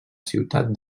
ciutat